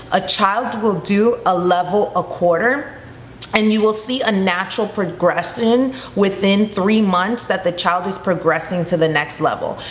a child will do a level a quarter and you will see a natural progression within three months that the child is progressing to the next level.